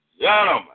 gentlemen